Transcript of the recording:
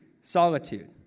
solitude